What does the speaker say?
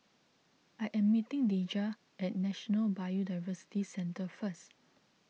I am meeting Deja at National Biodiversity Centre first